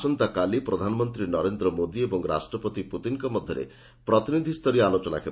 ଆସନ୍ତାକାଲି ପ୍ରଧାନମନ୍ତ୍ରୀ ନରେନ୍ଦ୍ର ମୋଦି ଏବଂ ରାଷ୍ଟ୍ରପତି ପୁତିନିଙ୍କ ସହ ପ୍ରତିନିଧିସ୍ତରୀୟ ଆଲୋଚନା ହେବ